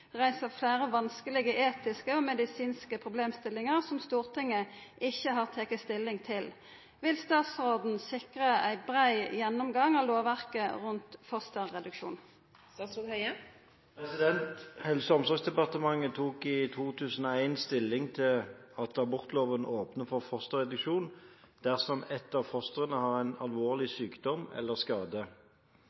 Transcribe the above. reiser fleire vanskelege etiske og medisinske problemstillingar som Stortinget ikkje har teke stilling til. Vil statsråden sikra ein brei gjennomgang av lovverket rundt fosterreduksjon?» Helse- omsorgsdepartementet tok i 2001 stilling til at abortloven åpner for fosterreduksjon dersom ett av fostrene har en alvorlig sykdom eller skade.